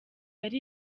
ari